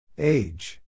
Age